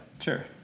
Sure